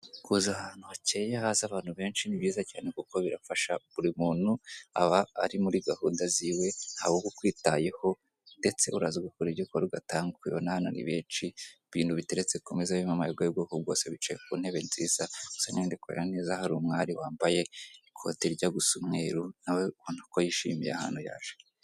Kuza ahantu hakeye, haza abantu benshi ni byiza cyane kuko birafasha buri muntu aba ari muri gahunda ziwe, ntawe uba ukwitayeho ndetse uraza ugakora ibyo ukora ugataha nkuko ubibona hano ni benshi ibintu biteretse ku meza birimo amayoga y'ubwoko bwose bicaye kuntebe nziza gusa ndikureba neza hari umwari wambaye ikote rirya gusa umweru nawe ubona ko yishimiye ahantu yaje.